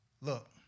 Look